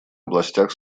областях